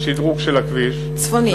השדרוג של הכביש, צפוני.